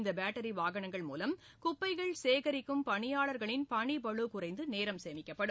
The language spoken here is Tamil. இந்த பேட்டரி வாகனங்கள் மூலம் குப்கைகள் சேகரிக்கும் பணியாளர்களின் பணிப்பளு குறைந்து நேரம் சேமிக்கப்படும்